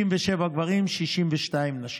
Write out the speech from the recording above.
67 לגברים ו-62 לנשים.